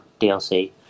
dlc